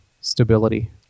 stability